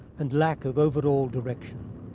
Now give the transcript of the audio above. and lack of overall direction.